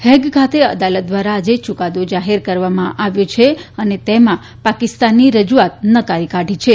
Hague ખાતે અદાલત દ્વારા આજે યુકાદો જાહેર કરવામાં આવ્યો છે અને તેમાં ાકિસ્તાનની રજુઆત નકારી કાઢી છે